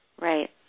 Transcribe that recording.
Right